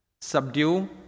Subdue